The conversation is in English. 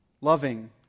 loving